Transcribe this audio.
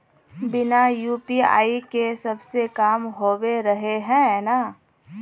बिना यु.पी.आई के सब काम होबे रहे है ना?